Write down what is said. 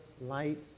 light